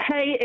Hey